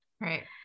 Right